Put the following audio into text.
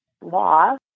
law